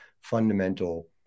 fundamental